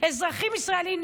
אזרחים ישראלים,